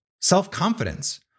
self-confidence